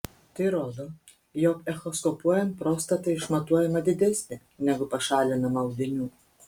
tai rodo jog echoskopuojant prostata išmatuojama didesnė negu pašalinama audinių